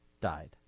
died